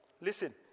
listen